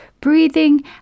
breathing